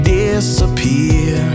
disappear